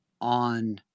on